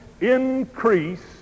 increase